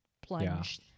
plunged